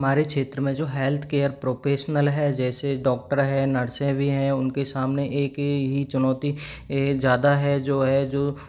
हमारे क्षेत्र में जो हेल्थकेयर प्रोपेशनल है जैसे डॉक्टर है नर्से भी हैं उनके सामने एक ही चुनौती ज़्यादा है जो है जो